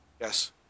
Yes